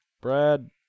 Brad